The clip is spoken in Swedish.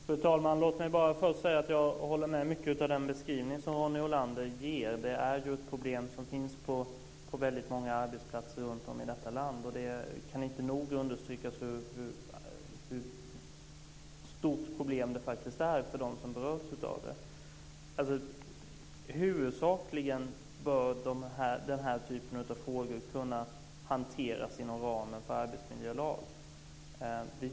Fru talman! Låt mig först säga att jag instämmer mycket i den beskrivning Ronny Olander ger. Det är ett problem som finns på många arbetsplatser i vårt land. Det kan inte nog understrykas hur stort problem detta är för dem som berörs. Huvudsakligen bör den typen av frågor kunna hanteras inom ramen för arbetsmiljölagen.